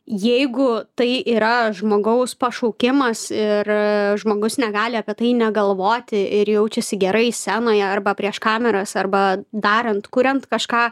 jeigu tai yra žmogaus pašaukimas ir žmogus negali apie tai negalvoti ir jaučiasi gerai scenoje arba prieš kameras arba darant kuriant kažką